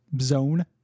zone